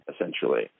essentially